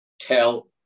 Tell